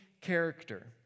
character